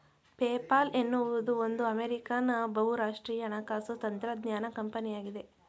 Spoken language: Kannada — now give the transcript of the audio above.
ಪೇಪಾಲ್ ಎನ್ನುವುದು ಒಂದು ಅಮೇರಿಕಾನ್ ಬಹುರಾಷ್ಟ್ರೀಯ ಹಣಕಾಸು ತಂತ್ರಜ್ಞಾನ ಕಂಪನಿಯಾಗಿದೆ